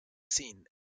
scene